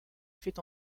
fait